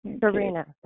Karina